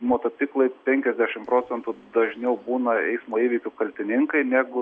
motociklai penkiasdešim procentų dažniau būna eismo įvykių kaltininkai negu